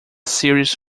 series